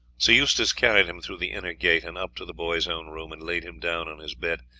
sir eustace carried him through the inner gate and up to the boy's own room, and laid him down on his bed,